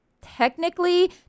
technically